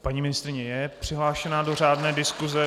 Paní ministryně je už přihlášena do řádné diskuse.